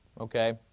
okay